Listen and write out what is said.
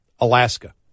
Alaska